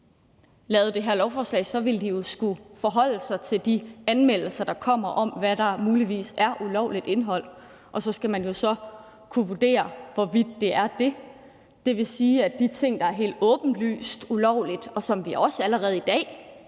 vedtog det her lovforslag, ville de også skulle forholde sig til de anmeldelser, der kommer, om, hvad der muligvis er ulovligt indhold, og så skal de jo så kunne vurdere, hvorvidt det er det. Det vil sige, at i forhold til de ting, der er helt åbenlyst ulovlige, og som vi også allerede i dag